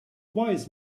wise